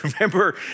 remember